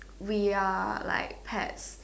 we are like pets